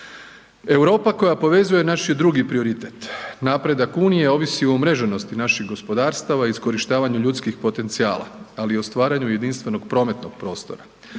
Europa koja povezuje, naš je drugi prioritet. Napredak unije ovisi o umreženosti naših gospodarstava i iskorištavanju ljudskih potencijala, ali i o stvaranju jedinstvenog prometnog prostora.